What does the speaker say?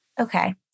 Okay